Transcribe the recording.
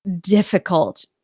difficult